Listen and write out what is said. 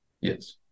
Yes